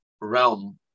realm